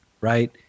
right